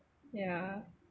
yeah